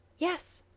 yes!